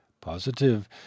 positive